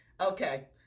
Okay